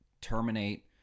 terminate